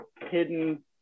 hidden